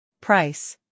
Price